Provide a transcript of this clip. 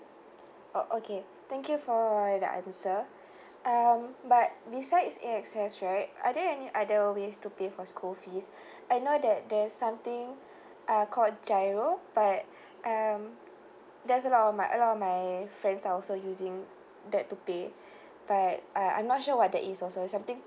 orh okay thank you for all the answer um but besides A_X_S right are there any other ways to pay for school fees I know that there's something uh called GIRO but um there's a lot of my a lot of my friends are also using that to pay but I I'm not sure what that is also something